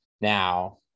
now